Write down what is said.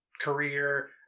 career